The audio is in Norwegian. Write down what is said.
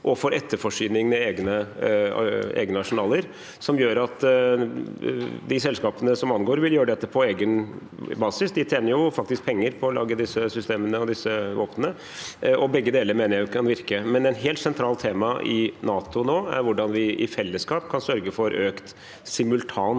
og for etterforsyning til egne arsenaler – at det gjør at de selskapene det angår, vil gjøre dette på egen basis. De tjener jo faktisk penger på å lage disse systemene og disse våpnene. Begge deler mener jeg kan virke. Samtidig er et helt sentralt tema i NATO nå hvordan vi i fellesskap kan sørge for økt simultan